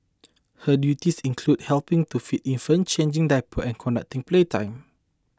her duties included helping to feed infants changing diapers and conducting playtime